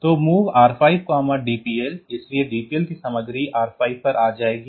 तो MOV R5DPL इसलिए DPL की सामग्री R5 पर आ जाएगी